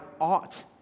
ought